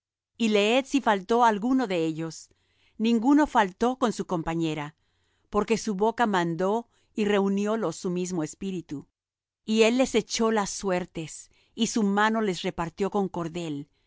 y leed si faltó alguno de ellos ninguno faltó con su compañera porque su boca mandó y reuniólos su mismo espíritu y él les echó las suertes y su mano les repartió con cordel